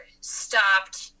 stopped